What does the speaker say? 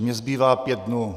Mně zbývá pět dnů.